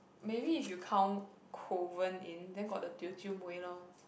maybe if you count Kovan in then got the Teochew mui lor